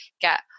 get